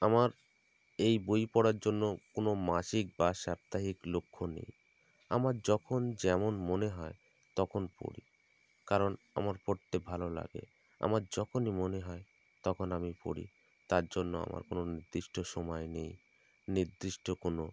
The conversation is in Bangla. আমার এই বই পড়ার জন্য কোনো মাসিক বা সাপ্তাহিক লক্ষ্য নেই আমার যখন যেমন মনে হয় তখন পড়ি কারণ আমার পড়তে ভালো লাগে আমার যখনই মনে হয় তখন আমি পড়ি তার জন্য আমার কোনো নির্দিষ্ট সময় নেই নির্দিষ্ট কোনো